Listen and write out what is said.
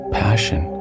passion